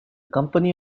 company